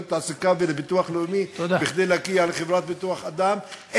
התעסוקה ולביטוח לאומי כדי להגיע לחברת כוח-אדם?